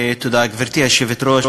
גברתי היושבת-ראש,